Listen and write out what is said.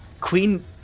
Queen